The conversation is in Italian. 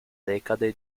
decade